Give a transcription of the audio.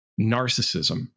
narcissism